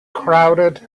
crowded